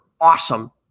awesome